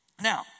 Now